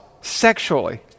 sexually